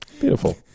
Beautiful